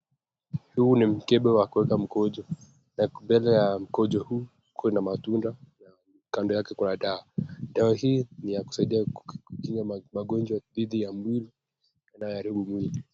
Huu ni mkebe wa kueka mkojo. Mbele ya mkojo huu kuna matunda kando yake kuna dawa. Dawa hii ni ya kusaidia kukinga magonjwa dhidi ya mwili yanayoaribu mwili.